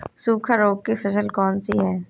सूखा रोग की फसल कौन सी है?